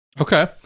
Okay